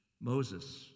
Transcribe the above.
Moses